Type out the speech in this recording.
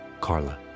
Carla